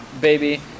baby